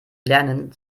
lernen